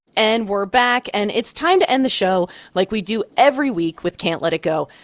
and we're back. and it's time to end the show like we do every week, with can't let it go,